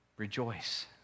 Rejoice